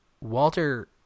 walter